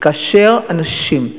וכאשר אנשים,